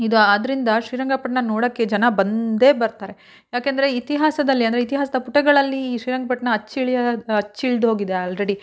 ಇದು ಆದ್ದರಿಂದ ಶ್ರೀರಂಗಪಟ್ಟಣ ನೋಡೋಕ್ಕೆ ಜನ ಬಂದೇ ಬರ್ತಾರೆ ಏಕೆಂದ್ರೆ ಇತಿಹಾಸದಲ್ಲಿ ಅಂದರೆ ಇತಿಹಾಸದ ಪುಟಗಳಲ್ಲಿ ಈ ಶ್ರೀರಂಗಪಟ್ಣ ಅಚ್ಚಿಳಿಯೋದು ಅಚ್ಚಳಿಯೋದು ಹೋಗಿದೆ ಆಲ್ರೆಡಿ